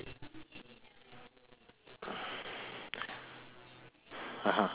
(uh huh)